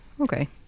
Okay